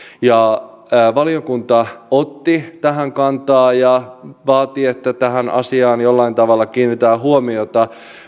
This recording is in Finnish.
valiokunta otti tähän kantaa ja vaati että tähän asiaan jollain tavalla kiinnitetään huomiota